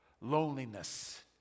Loneliness